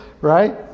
right